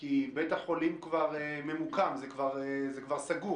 כי בית החולים כבר ממוקם, זה כבר סגור,